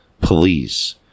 police